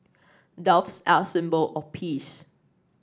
doves are a symbol of peace